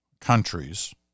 countries